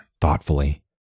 thoughtfully